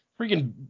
freaking